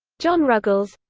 john ruggles